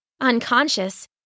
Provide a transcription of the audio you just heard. Unconscious